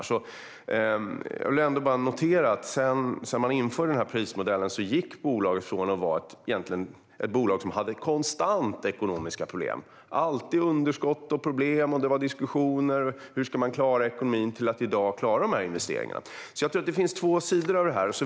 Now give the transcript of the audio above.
Sedan denna prismodell infördes har SJ gått från att vara ett bolag med konstant underskott och ständiga diskussioner om hur man skulle klara ekonomin till ett bolag som i dag kan göra dessa investeringar. Det finns två sidor av detta.